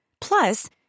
Plus